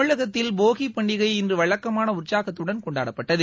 தமிழகத்தில் போகிப் பண்டிகை இன்று வழக்கமான உற்சாகத்துடன் கொண்டாடப்பட்டது